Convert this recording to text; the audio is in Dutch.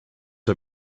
wat